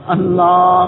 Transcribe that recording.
Allah